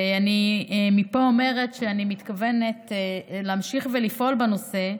ואני מפה אומרת שאני מתכוונת להמשיך ולפעול בנושא,